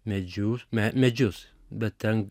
medžius me medžius bet ten